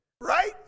Right